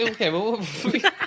okay